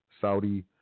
Saudi